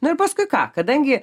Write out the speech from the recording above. na ir paskui ką kadangi